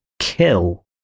kill